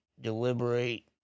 deliberate